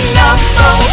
number